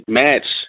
match